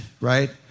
right